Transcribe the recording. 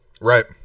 right